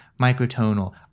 microtonal